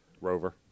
Rover